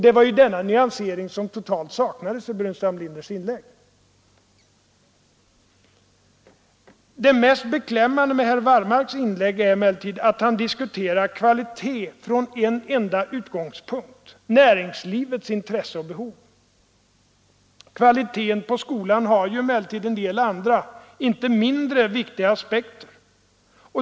Denna nyansering saknades totalt i herr Burenstam Linders inlägg. Det mest beklämmande med herr Wallmarks inlägg är emellertid att han diskuterar kvalitet från en enda utgångspunkt, nämligen näringslivets intressen och behov. Kvaliteten på skolan har dock en del andra och inte mindre viktiga aspekter.